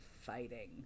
fighting